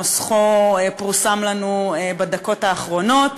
שנוסחו פורסם לנו בדקות האחרונות.